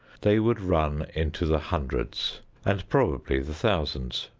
they would run into the hundreds and probably the thousands.